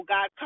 God